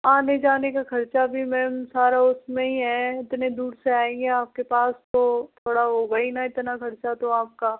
आने जाने का खर्चा भी मैम सारा उस में ही है इतने दूर से आएँगे आप के पास तो थोड़ा वो वही न इतना खर्चा तो आप का